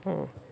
oh